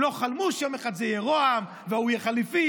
הם לא חלמו שיום אחד זה יהיה ראש הממשלה וההוא יהיה חליפי,